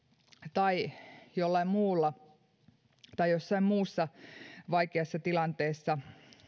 tai jollain muulla tai jossain muussa vaikeassa tilanteessa